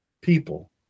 people